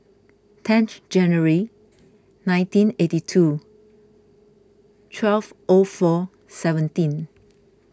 ten January nineteen eighty two twelve O four seventeen